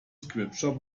scripture